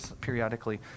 periodically